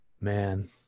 man